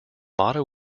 motto